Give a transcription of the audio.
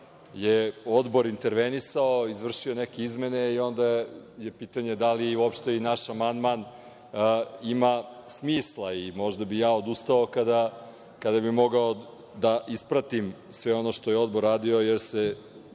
je Odbor intervenisao, izvršio neke izmene i onda je pitanje da li uopšte naš amandman ima smisla. Možda bih ja odustao kada bi mogao da ispratim sve ono što je Odbor radio, jer u